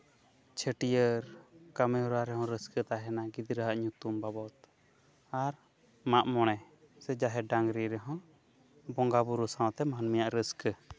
ᱪᱷᱟᱹᱴᱭᱟᱹᱨ ᱠᱟᱹᱢᱤᱦᱚᱨᱟ ᱨᱮᱦᱚᱸ ᱨᱟᱹᱥᱠᱟᱹ ᱛᱟᱦᱮᱱᱟ ᱜᱤᱫᱽᱨᱟᱹᱣᱟᱜ ᱧᱩᱛᱩᱢ ᱵᱟᱵᱚᱫ ᱟᱨ ᱢᱟᱜᱼᱢᱚᱬᱮ ᱥᱮ ᱡᱟᱦᱮᱨ ᱰᱟᱝᱨᱤ ᱨᱮᱦᱚᱸ ᱵᱚᱸᱜᱟᱼᱵᱩᱨᱩ ᱥᱟᱶᱛᱮ ᱢᱟᱹᱱᱢᱤᱭᱟᱜ ᱨᱟᱹᱥᱠᱟᱹ